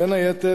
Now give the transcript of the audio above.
בין היתר,